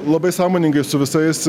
labai sąmoningai su visais